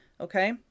okay